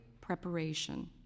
preparation